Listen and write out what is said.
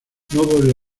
volvió